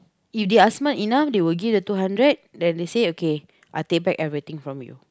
if they are smart enough they will give the two hundred then they say okay I take back everything from you